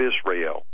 Israel